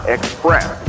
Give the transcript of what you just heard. Express